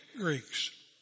Greeks